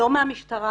לא מהמשטרה,